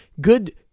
good